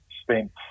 spent